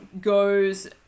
goes